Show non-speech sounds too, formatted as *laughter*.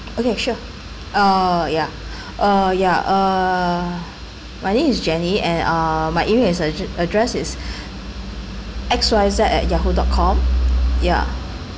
okay sure uh ya uh ya uh my name is jenny and uh my email is uh address is *breath* X Y Z at yahoo dot com ya